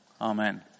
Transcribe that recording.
Amen